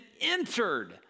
entered